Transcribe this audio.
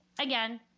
Again